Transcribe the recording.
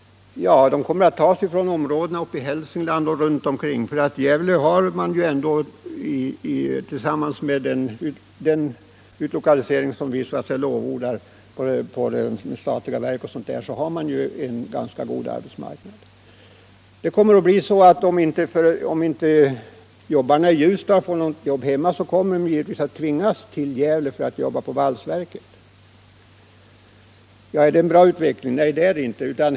Ja, de kommer att tas från områdena i Hälsingland och andra kringliggande områden. Med den utlokalisering av statliga verk som vi lovordar har nämligen Gävle en ganska god arbetsmarknad. Om inte arbetarna i Ljusdal får jobb hemma tvingas de givetvis till valsverket i Gävle. Är det en bra utveckling? Nej, det är det inte.